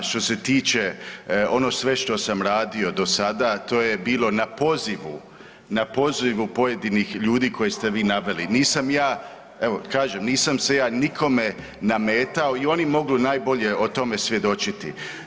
Što se tiče ono sve što sam radio do sada, to je bilo na pozivu pojedinih ljudi koje ste vi naveli, nisam ja evo kažem, nisam se ja nikome nametao i oni mogu najbolje o tome svjedočiti.